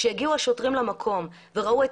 כשהשוטרים הגיעו למקום וראו את